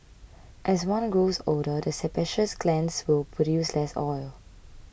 as one grows older the sebaceous glands will produce less oil